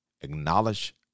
acknowledge